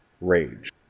rage